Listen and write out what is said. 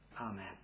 Amen